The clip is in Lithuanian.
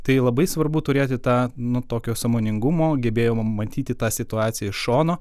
tai labai svarbu turėti tą nu tokio sąmoningumo gebėjimo matyti tą situaciją iš šono